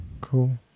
Cool